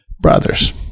brothers